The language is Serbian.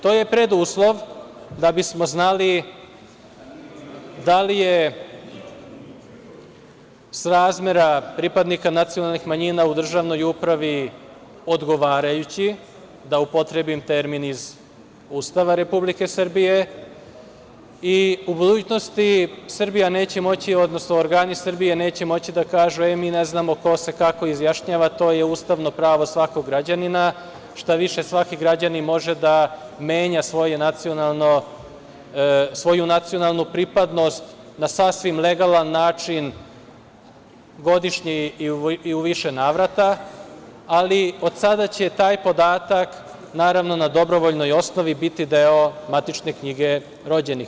To je preduslov da bismo znali da li je srazmera pripadnika nacionalnih manjina u državnoj upravi odgovarajuća, da upotrebim termin iz Ustava Republike Srbije, i u budućnosti Srbija neće moći, odnosno organi Srbije neće moći da kažu – mi ne znamo ko se kako izjašnjava, to je ustavno pravo svakog građanina, štaviše, svaki građanin može da menja svoju nacionalnu pripadnost na sasvim legalan način godišnji i u više navrata, ali od sada će taj podataka, naravno, na dobrovoljnoj osnovi, biti deo matične knjige rođenih.